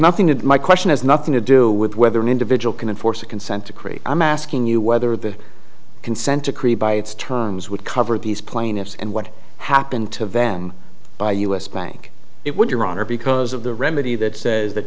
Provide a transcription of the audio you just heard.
nothing to my question has nothing to do with whether an individual can enforce a consent decree i'm asking you whether the consent decree by its terms would cover these plaintiffs and what happened to van by us bank it would your honor because of the remedy that says that